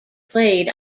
played